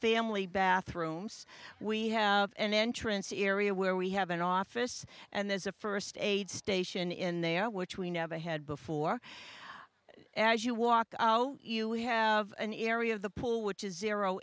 family bathrooms we have an entrance area where we have an office and there's a first aid station in there which we never had before as you walk you have an area of the pool which is zero